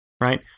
Right